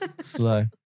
Slow